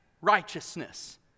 Righteousness